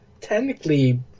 technically